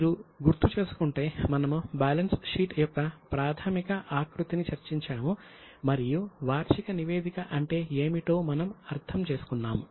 మీరు గుర్తు చేసుకుంటే మనము బ్యాలెన్స్ షీట్ యొక్క ప్రాథమిక ఆకృతిని చర్చించాము మరియు వార్షిక నివేదిక అంటే ఏమిటో మనము అర్థం చేసుకున్నాము